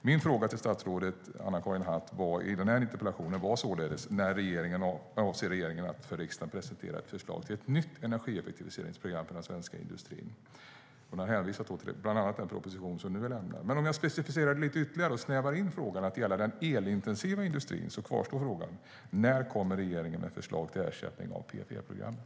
Min fråga till statsrådet Anna-Karin Hatt i den här interpellationen var således: När avser regeringen att för riksdagen presentera ett förslag till ett nytt energieffektiviseringsprogram för den svenska industrin? Hon har bland annat hänvisat till den proposition som nu är lämnad. Men om jag specificerar frågeställningen lite ytterligare och snävar in den till att gälla den elintensiva industrin, kvarstår ändå frågan: När kommer regeringen med förslag till ersättning av PFE-programmet?